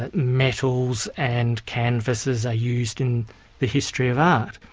ah metals and canvasses are used in the history of art.